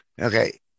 Okay